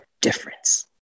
difference